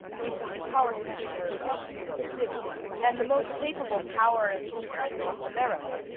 recently power commissioner of new york city and the most capable power engineer in north america,